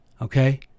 Okay